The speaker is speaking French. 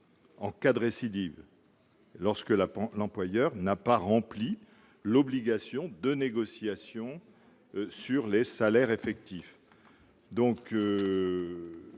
En cas de récidive, lorsque l'employeur n'a pas rempli l'obligation de négociation sur les salaires effectifs,